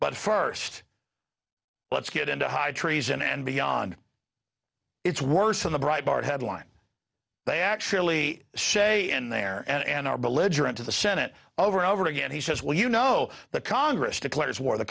but first let's get into high treason and beyond it's worse than the breitbart headline they actually say in there and are belligerent to the senate over and over again he says well you know the congress declares war the